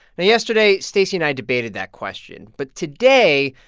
now, yesterday, stacey and i debated that question. but today,